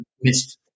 missed